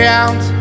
out